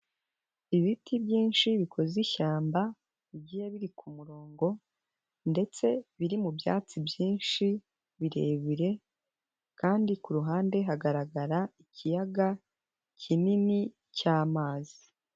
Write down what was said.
Ibiti byinshi bikoze ishyamba ibigiye biri ku murongo ndetse biri mu byatsi byinshi birebire kandi ku ruhande hagaragara ikiyaga kinini cy'amazi.